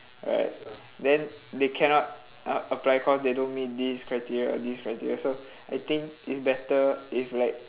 right then they cannot a~ apply cause they cannot meet this criteria this criteria so I think it's better if like